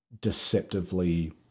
deceptively